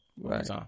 Right